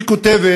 היא כותבת: